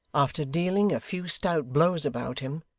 after dealing a few stout blows about him,